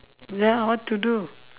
ya what to do